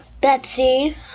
Betsy